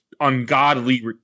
ungodly